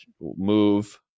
move